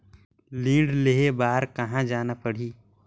ऋण लेहे बार कहा जाना पड़ही?